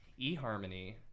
eHarmony